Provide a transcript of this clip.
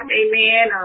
amen